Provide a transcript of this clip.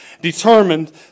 determined